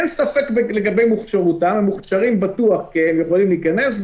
אין ספק לגבי המוכשרות כי הם יכולים להיכנס,